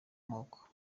amoko